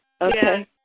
Okay